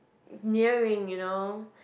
nearing you know